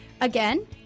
Again